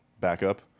backup